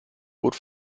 bot